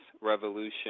Revolution